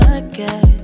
again